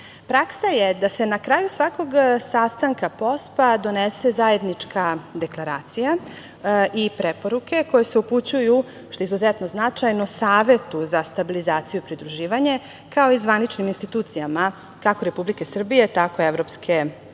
putuju. Praksa je da se na kraju svakog sastanka POSP-a donese zajednička deklaracija i preporuke koje se upućuju, što je izuzetno značajno, Savetu za stabilizaciju i pridruživanje, kao i zvaničnim institucijama kako Republike Srbije, tako i EU.Mi u